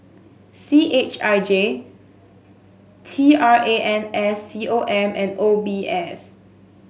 C H I J T R A N S C O M and O B S